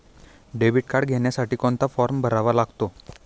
Debit card घेण्यासाठी कोणता form भरावा लागतो?